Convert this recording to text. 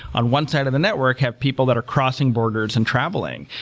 on one side of the network, have people that are crossing borders and travelling.